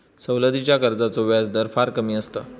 सवलतीच्या कर्जाचो व्याजदर फार कमी असता